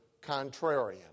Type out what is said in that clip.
contrarian